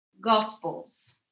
Gospels